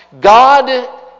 God